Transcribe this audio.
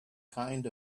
kind